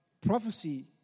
prophecy